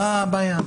מה הבעיה?